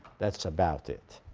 that's about it.